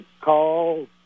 Call